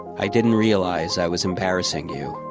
i didn't realize i was embarrassing you,